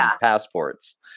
passports